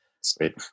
sweet